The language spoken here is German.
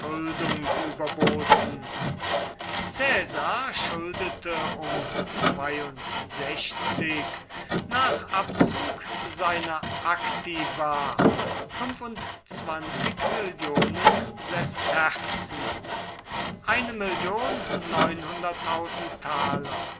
überboten caesar schuldete um nach abzug seiner aktiva sesterzen